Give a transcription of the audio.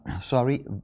sorry